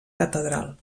catedral